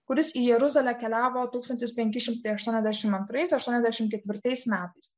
kuris į jeruzalę keliavo tūkstantis penki šimtai aštuoniasdešimt antrais aštuoniasdešimt ketvirtais metais